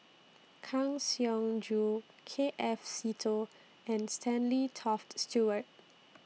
Kang Siong Joo K F Seetoh and Stanley Toft Stewart